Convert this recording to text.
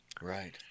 Right